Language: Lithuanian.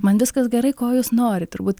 man viskas gerai ko jūs norit turbūt